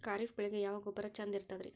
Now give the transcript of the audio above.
ಖರೀಪ್ ಬೇಳಿಗೆ ಯಾವ ಗೊಬ್ಬರ ಚಂದ್ ಇರತದ್ರಿ?